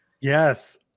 Yes